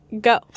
Go